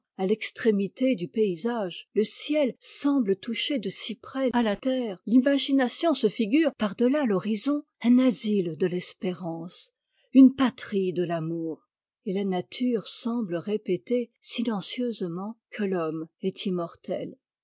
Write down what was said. a l'extrémité du paysage le ciel semble toucher de si près à la terre l'imagination se figure par delà l'horizon un asile de t'espérance une patrie de l'amour et la nature semble répéter silencieusement que l'homme est immortel